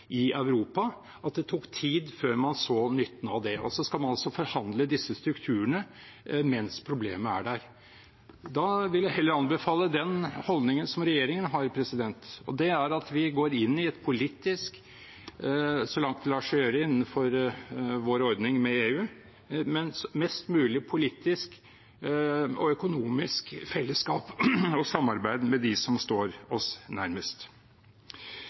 i Europa at det tok tid før man så nytten av det. Og så skal man altså forhandle disse strukturene mens problemet er der. Da vil jeg heller anbefale den holdningen regjeringen har, og det er at vi – så langt det lar seg gjøre innenfor vår ordning med EU – går inn i et mest mulig politisk og økonomisk fellesskap og samarbeid med dem som står oss nærmest.